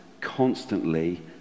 constantly